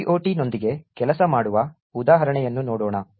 GOT ನೊಂದಿಗೆ ಕೆಲಸ ಮಾಡುವ ಉದಾಹರಣೆಯನ್ನು ನೋಡೋಣ